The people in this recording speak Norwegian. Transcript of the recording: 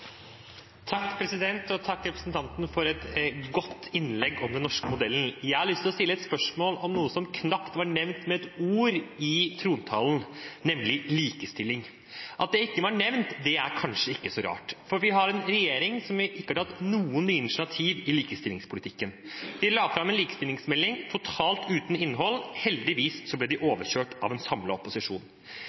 Takk til representanten for et godt innlegg om den norske modellen. Jeg har lyst til å stille et spørsmål om noe som knapt var nevnt med et ord i trontalen, nemlig likestilling. At det ikke var nevnt, er kanskje ikke så rart, for vi har en regjering som ikke har tatt noen nye initiativ i likestillingspolitikken. De la fram en likestillingsmelding totalt uten innhold. Heldigvis ble de overkjørt av en samlet opposisjon.